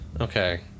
Okay